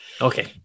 Okay